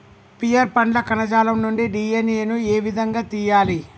Pear పండ్ల కణజాలం నుండి డి.ఎన్.ఎ ను ఏ విధంగా తియ్యాలి?